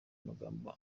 amagambo